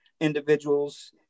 individuals